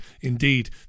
indeed